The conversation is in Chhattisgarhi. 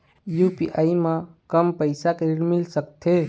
यू.पी.आई म कम पैसा के ऋण मिल सकथे?